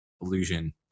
illusion